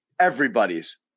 everybody's